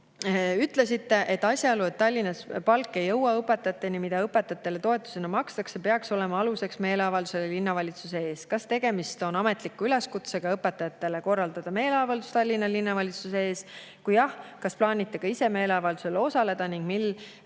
infotunnis, et asjaolu, et Tallinnas palk ei jõua õpetajateni, mida õpetajatele toetusena makstakse, peaks olema aluseks meeleavaldusele linnavalitsuse ees. Kas tegemist on ametliku üleskutsega õpetajatele korraldada meeleavaldus Tallinna linnavalitsuse ees? Kui jah, kas plaanite ka ise meeleavaldusel osaleda ning millal